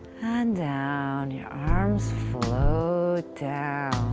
and down, your arms float down,